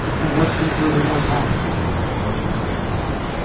and thus conferred immortality on that ancient little craft.